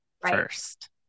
first